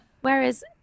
whereas